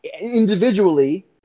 individually